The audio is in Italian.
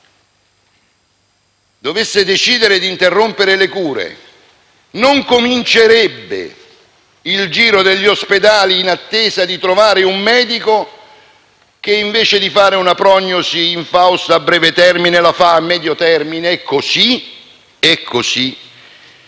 dovesse decidere di interrompere le cure, non comincerebbe il giro degli ospedali in attesa di trovare un medico che, invece di fare una prognosi infausta a breve termine, la fa a medio termine e così è